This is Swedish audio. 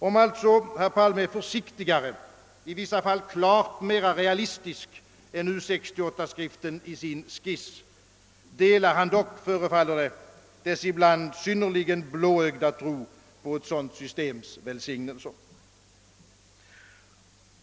Om också herr Palme i sin skiss är försiktigare, i vissa fall klart mera realistisk än U 68 är i sin skrift, delar han dock — förefaller det — utredningens ibland blåögda tro på ett sådant systems välsignelse.